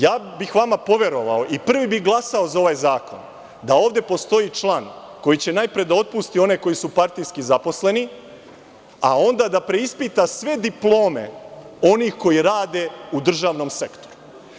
Ja bih vama poverovao i prvi bih glasao za ovaj zakon da ovde postoji član koji će najpre da otpusti one koji su partijski zaposleni, a onda da preispita sve diplome onih koji rade u državnom sektoru.